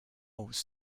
was